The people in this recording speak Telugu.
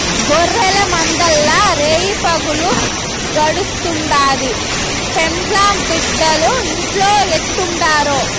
గొర్రెల మందల్ల రేయిపగులు గడుస్తుండాది, పెండ్లాం బిడ్డలు ఇంట్లో ఎట్టుండారో